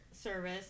service